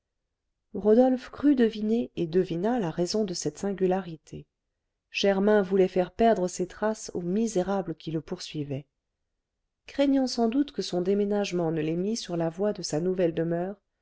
rodolphe crut deviner et devina la raison de cette singularité germain voulait faire perdre ses traces aux misérables qui le poursuivaient craignant sans doute que son déménagement ne les mît sur la voie de sa nouvelle demeure